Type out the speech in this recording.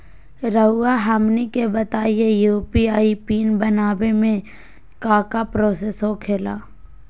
रहुआ हमनी के बताएं यू.पी.आई पिन बनाने में काका प्रोसेस हो खेला?